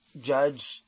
judge